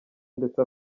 ndetse